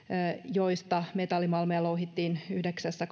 joista metallimalmia louhittiin yhdeksässä